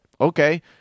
okay